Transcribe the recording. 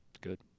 good